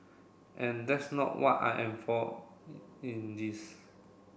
and that's not what I am for in this